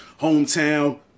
hometown